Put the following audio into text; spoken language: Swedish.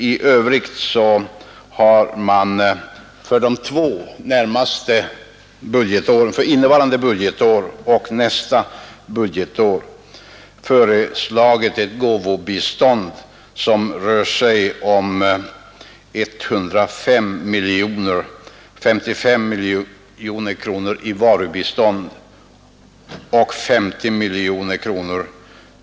För innevarande budgetår och för nästa budgetår har den vidare beslutat om ett gåvobistånd på 105 miljoner kronor, fördelat på en penninggåva på 55 miljoner kronor och varubistånd till ett värde av 50 miljoner kronor.